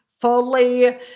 fully